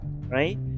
right